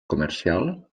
comercial